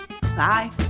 Bye